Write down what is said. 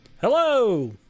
Hello